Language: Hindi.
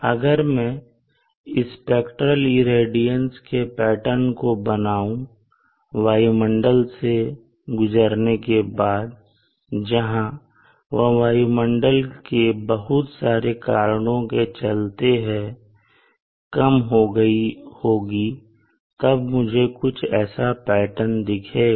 अगर मैं स्पेक्ट्रल इरेडियंस के पैटर्न को बनाऊ वायुमंडल से गुजरने के बाद जहां वह वायुमंडल के बहुत सारे कारणों के चलते हैं कम हो गई होगी तब हमें कुछ ऐसा पैटर्न दिखेगा